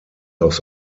aus